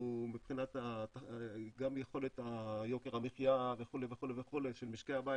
מבחינת גם יכולת יוקר המחיה וכו' וכו' של משקי הבית